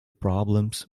problems